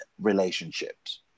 relationships